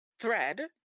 thread